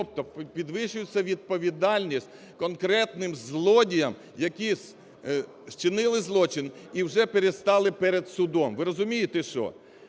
Тобто підвищується відповідальність конкретним злодіям, які вчинили злочин і вже предстали перед судом, ви розумієте що,